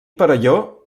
perelló